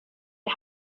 you